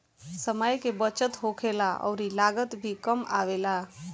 समय के बचत होखेला अउरी लागत भी कम आवेला